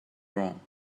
wrong